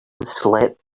slept